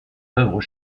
œuvres